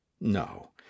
No